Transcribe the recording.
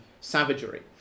savagery